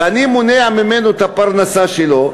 ואני מונע ממנו את הפרנסה שלו,